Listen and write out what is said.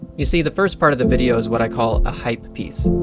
you see, the first part of the video is what i call a hype piece.